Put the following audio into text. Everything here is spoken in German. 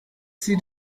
sie